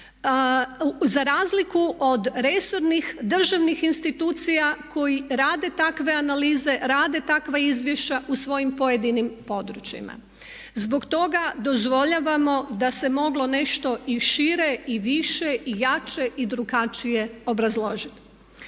za razliku od resornih državnih institucija koje rade takve analize, rade takva izvješća u svojim pojedinim područjima. Zbog toga dozvoljavamo da se moglo nešto i šire i više i jače i drugačije obrazložiti.